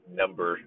number